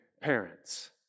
parents